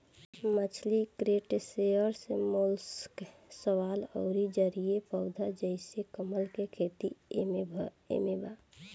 मछली crustaceans mollusc शैवाल अउर जलीय पौधा जइसे कमल के खेती एमे बा